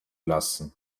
lassen